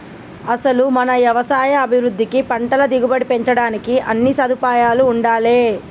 అసలు మన యవసాయ అభివృద్ధికి పంటల దిగుబడి పెంచడానికి అన్నీ సదుపాయాలూ ఉండాలే